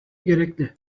gerekli